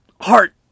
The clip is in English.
heart